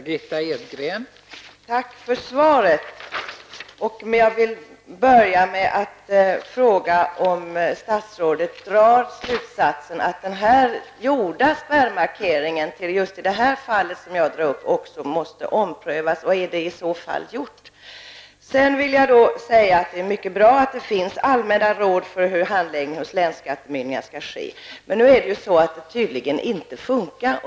Fru talman! Tack för svaret. Jag vill börja med att fråga om statsrådet drar den slutsatsen att den gjorda spärrmarkeringen i detta fall som jag drar upp måste omprövas. Är det i så fall gjort? Det är mycket bra att det finns allmänna råd för hur handläggningen hos länsskattemyndigheterna skall ske. Men detta fungerar tydligen inte.